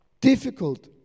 difficult